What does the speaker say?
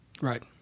Right